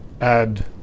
add